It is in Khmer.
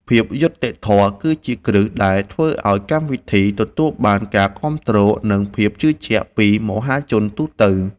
ភាពយុត្តិធម៌គឺជាគ្រឹះដែលធ្វើឱ្យកម្មវិធីទទួលបានការគាំទ្រ និង ភាពជឿជាក់ពីមហាជនទូទៅ។